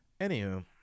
Anywho